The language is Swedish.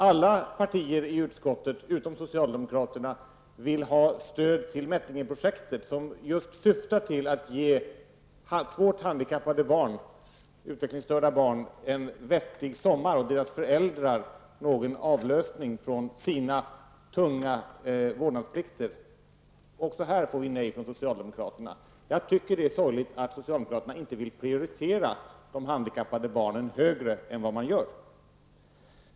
Alla partier i utskottet utom socialdemokraterna vill ha stöd till Mättingeprojektet, som just syftar till att ge svårt handikappade barn, utvecklingsstörda barn, en vettig sommar och deras föräldrar någon avlösning från sina tunga vårdnadsplikter. Också här får vi nej från socialdemokraterna. Jag tycker att det är sorgligt att socialdemokraterna inte vill prioritera de handikappade barnen högre än vad de gör.